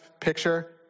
picture